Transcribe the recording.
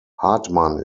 hartmann